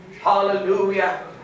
hallelujah